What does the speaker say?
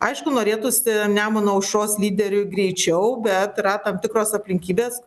aišku norėtųsi nemuno aušros lyderiui greičiau bet yra tam tikros aplinkybės